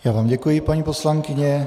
Já vám děkuji, paní poslankyně.